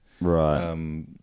Right